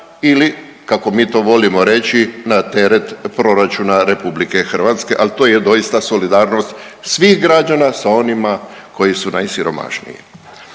ili kako mi to volimo reći na teret proračuna RH, ali to je doista solidarnost svih građana sa onima koji su najsiromašniji.